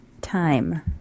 time